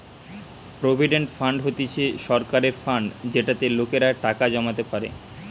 provident fund হতিছে সরকারের fund যেটাতে লোকেরা টাকা জমাতে পারে